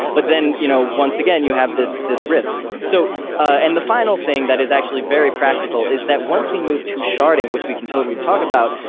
but then, you know once again, you have this this risk so and the final thing that is actually very practical, is that once we moved to sharding, which we can totally talk about,